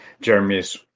Jeremy's